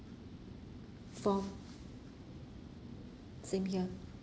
for same here